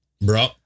bro